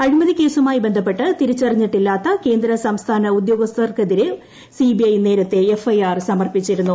അഴിമതി കേസുമായി ബന്ധപ്പെട്ട് തിരിച്ചറിഞ്ഞിട്ടില്ലാത്ത കേന്ദ്ര സംസ്ഥാന ഉദ്യോഗസ്ഥർക്കെതിരെ സിബിഐ നേരത്തെ എഫ് ഐ ആർ സമർപ്പിച്ചിരുന്നു